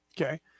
okay